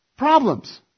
problems